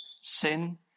sin